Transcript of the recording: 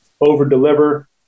over-deliver